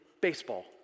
baseball